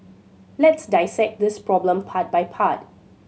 let's dissect this problem part by part